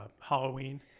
Halloween